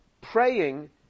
praying